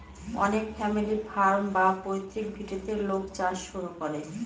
অনেক family farm বা পৈতৃক ভিটেতে লোক চাষ শুরু করে